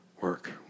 work